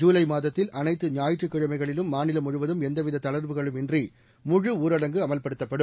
ஜூலைமாதத்தில் அனைத்து ஞாயிற்றுக்கிழமைகளிலும் மாநிலம் முழுவதும் எந்தவிததளர்வுகளும் இன்றி முழு ஊரடங்கு அமல்படுத்தப்படும்